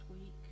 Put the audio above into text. week